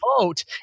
vote